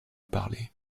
parler